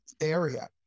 area